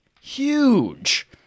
Huge